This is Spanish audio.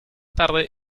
tarde